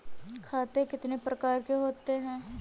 खाते कितने प्रकार के होते हैं?